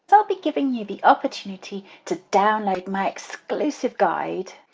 so i'll be giving you the opportunity to download my exclusive guide.